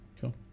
cool